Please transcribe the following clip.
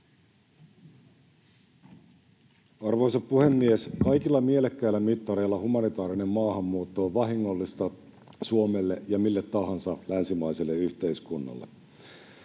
Arvoisa puhemies! Kaikilla mielekkäillä mittareilla humanitaarinen maahanmuutto on vahingollista Suomelle ja mille tahansa länsimaiselle yhteiskunnalle.